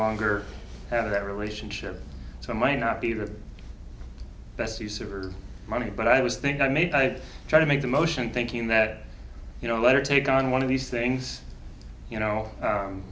longer have that relationship so i might not be the best use of your money but i was thinking maybe i try to make the motion thinking that you know let her take on one of these things you know